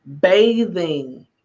bathing